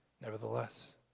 Nevertheless